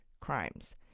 crimes